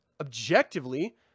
objectively